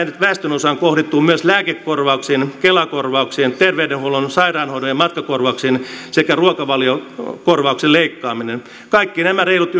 väestönosaan kohdentuvat myös lääkekorvauksien kela korvauksien terveydenhuollon sairaanhoidon ja matkakorvauksien sekä ruokavaliokorvauksen leikkaaminen kaikki nämä yhteensä reilut